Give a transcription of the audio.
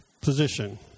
position